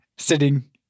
sitting